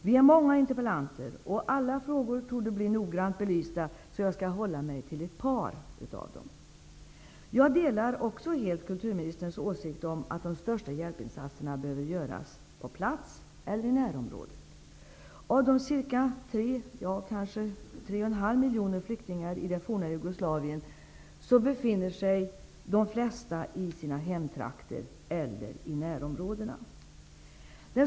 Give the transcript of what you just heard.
Vi är många interpellanter, och alla frågor torde bli noggrant belysta, varför jag håller mig till ett par av dem. Jag delar helt kulturministerns åsikt att de största hjälpinsatserna behöver göras på plats eller i närområdet. Av de 3--3,5 miljoner flyktingarna i det forna Jugoslavien befinner sig de flesta i sina hemtrakter eller i närområdena.